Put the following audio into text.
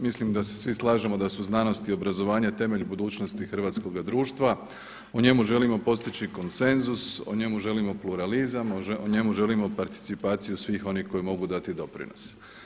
Mislim da se svi slažemo da su znanost i obrazovanje temelj budućnosti hrvatskoga društva, o njemu želimo postići konsenzus, o njemu želimo pluralizam, o njemu želimo participaciju svih onih koji mogu dati doprinos.